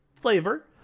flavor